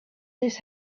this